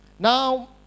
Now